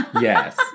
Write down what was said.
Yes